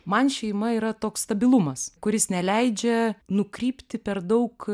man šeima yra toks stabilumas kuris neleidžia nukrypti per daug